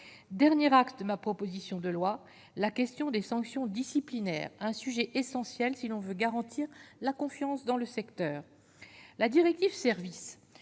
dernier acte de ma proposition de loi, la question des sanctions disciplinaires, un sujet essentiel si l'on veut garantir la confiance dans le secteur, la directive services